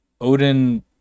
Odin